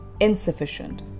insufficient